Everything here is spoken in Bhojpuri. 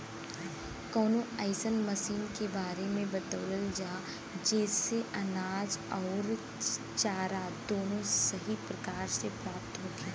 कवनो अइसन मशीन के बारे में बतावल जा जेसे अनाज अउर चारा दोनों सही तरह से प्राप्त होखे?